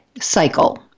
cycle